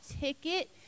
ticket